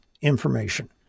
information